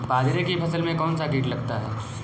बाजरे की फसल में कौन सा कीट लगता है?